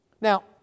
Now